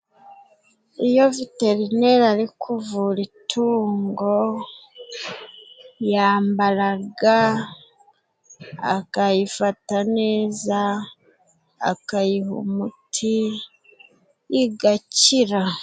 Iyo veterineri ari kuvura itungo, yambara ga, akayifata neza, akayiha umuti, igakira.